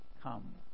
come